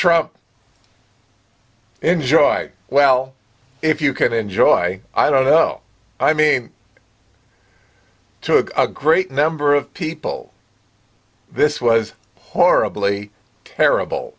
trump enjoy well if you could enjoy i don't know i mean took a great number of people this was horribly terrible